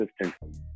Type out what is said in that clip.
assistant